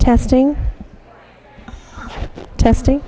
testing testing